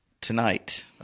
tonight